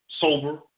sober